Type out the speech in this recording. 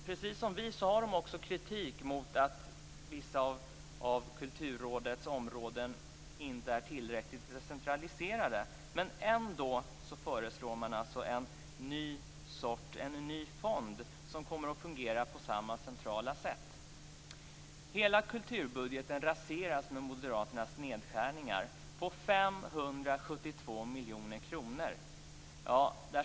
Precis som vi riktar de kritik mot att vissa av Kulturrådets områden inte är tillräckligt decentraliserade, men man föreslår ändå en ny fond som kommer att fungera på samma centraliserade sätt. Hela kulturbudgeten raseras med moderaternas nedskärningar på 572 miljoner kronor.